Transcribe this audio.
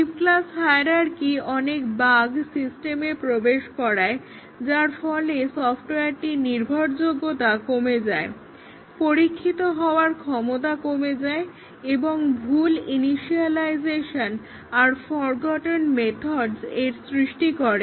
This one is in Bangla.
ডিপ ক্লাস হায়ারার্কি অনেক বাগ সিস্টেমে প্রবেশ করায় যার ফলে সফটওয়্যারটির নির্ভরযোগ্যতা কমে যায় পরীক্ষিত হওয়ার ক্ষমতা কমে যায় এবং ভুল ইনিশিয়ালাইজেশন আর ফরগটন মেথড্স এর সৃষ্টি করে